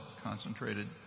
concentrated